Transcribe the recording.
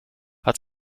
hat